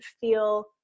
feel